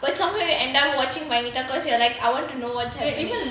but somehow you end up watching vanita because you are like I want to know what's happening